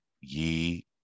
ye